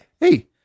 Hey